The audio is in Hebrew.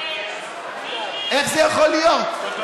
איך זה יכול להיות?